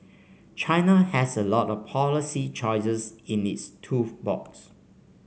China has a lot of policy choices in its tool box